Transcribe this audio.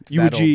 UG